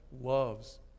loves